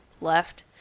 left